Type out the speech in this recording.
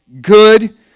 good